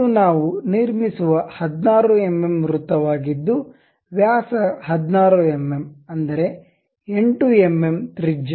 ಇದು ನಾವು ನಿರ್ಮಿಸುವ 16 ಎಂಎಂ ವೃತ್ತವಾಗಿದ್ದು ವ್ಯಾಸ 16 ಎಂಎಂ ಅಂದರೆ 8 ಎಂಎಂ ತ್ರಿಜ್ಯ